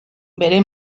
bere